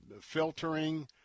filtering